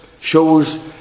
shows